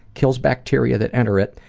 kills bacteria that enter it,